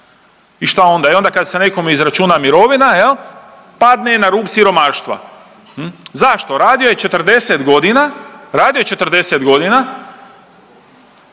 i šta onda? I onda kad se nekome izračuna mirovina padne na rub siromaštva. Zašto? Radio je 40 godina, radio je 40 godina